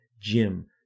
Jim